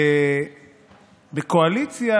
בקואליציה,